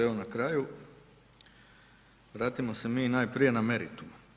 Evo na kraju, vratimo se mi najprije na meritum.